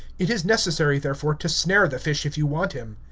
it is necessary, therefore, to snare the fish if you want him.